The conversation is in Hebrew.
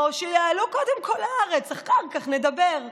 או: שיעלו קודם כול לארץ, אחר כך נדבר,